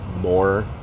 more